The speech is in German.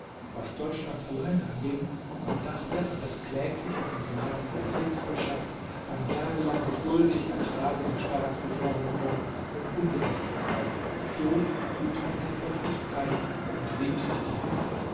was deutschland allein anging man dachte an das klägliche versagen der kriegswirtschaft an jahrelang geduldig ertragene staatsbevormundung und ungerechtigkeit so fühlte man sich plötzlich frei und rieb sich die hände